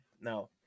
No